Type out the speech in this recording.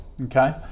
Okay